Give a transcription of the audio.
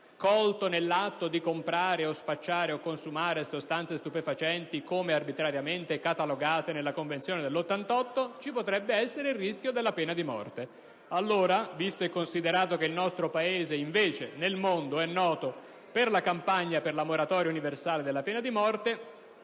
colto nell'atto di comprare, spacciare o consumare sostanze stupefacenti come arbitrariamente catalogate nella Convenzione del 1988? Ci potrebbe essere il rischio della pena di morte. Allora, visto e considerato che il nostro Paese invece nel mondo è noto per la campagna per la moratoria universale della pena di morte,